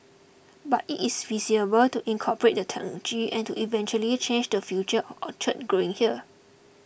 but it is feasible to incorporate the technology and to eventually change the future of orchid growing here